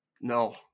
No